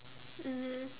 mmhmm